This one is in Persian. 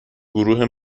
گروه